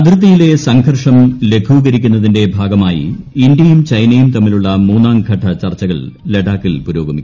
അതിർത്തിയിലെ സംഘർഷം ലഘൂകരിക്കുന്നതിന്റെ ഭാഗമായി ഇന്ത്യയും ചൈനയും തമ്മിലുള്ള മൂന്നാം ഘട്ട ചർച്ചകൾ ലഡാക്കിൽ പുരോഗമിക്കുന്നു